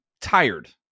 tired